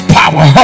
power